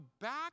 back